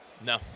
No